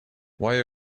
why